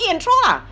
eat and throw lah